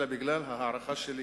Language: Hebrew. אלא בגלל ההערכה שלי